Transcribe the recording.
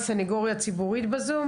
והמנכ"לית הקודמת ומביא את זה עכשיו.